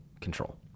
control